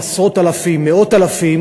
אלפים, עשרות אלפים, מאות אלפים,